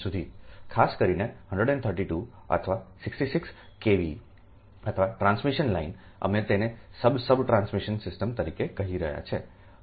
ખાસ કરીને 132 અથવા 66 kV અથવા ટ્રાન્સમિશન લાઇન અમે તેને સબ સબ ટ્રાન્સમિશન સિસ્ટમ તરીકે કહી રહ્યા છીએ